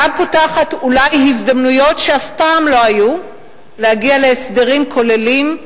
אולי היא גם פותחת הזדמנויות שאף פעם לא היו להגיע להסדרים כוללים,